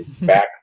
Back